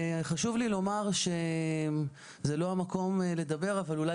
חשוב לי לומר שזה לא המקום לדבר אבל אולי